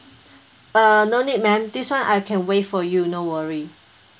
uh no need madam this [one] I can waive for you no worry